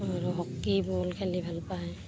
আৰু hockey ball খেলি ভাল পায়